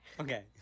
Okay